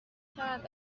کرد